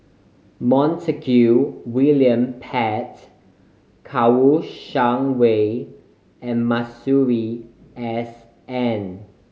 Montague William Pett Kouo Shang Wei and Masuri S N